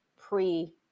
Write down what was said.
pre